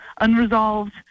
unresolved